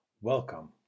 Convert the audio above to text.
Welcome